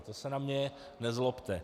To se na mě nezlobte.